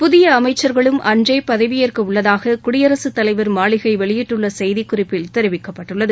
புதிய அமைச்சர்களும் அன்று பதவியேற்கவுள்ளதாக குடியரசுத் தலைவர் மாளிகை வெளியிட்டுள்ள செய்திக் குறிப்பில் தெரிவிக்கப்பட்டுள்ளது